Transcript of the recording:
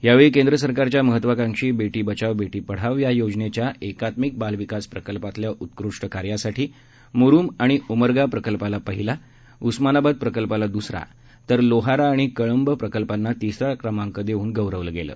यावेळी केंद्र सरकारच्या महत्त्वाकांक्षी बेटी बचाव बेटी पढाव या योजनेच्या एकात्मिक बालविकास प्रकल्पातल्या उत्कृष्ट कार्यासाठी मुरूम आणि उमरगा प्रकल्पाला पहिला उस्मानाबाद प्रकल्पाला दूसरा तर लोहारा आणि कळंब प्रकल्पांना तिसरा क्रमांक देऊन गौरवलं गेलं